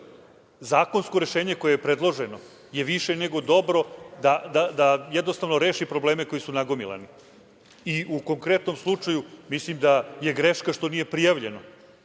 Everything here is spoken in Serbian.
Zakonsko rešenje koje je predloženo je više nego dobro da jednostavno rešimo probleme koji su nagomilani. U konkretnom slučaju mislim da je greška što nije prijavljeno.